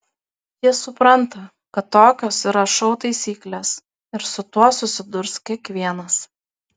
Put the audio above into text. jis supranta kad tokios yra šou taisyklės ir su tuo susidurs kiekvienas